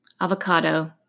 avocado